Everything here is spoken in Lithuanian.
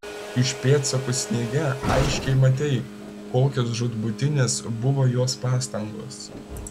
iš pėdsakų sniege aiškiai matei kokios žūtbūtinės buvo jos pastangos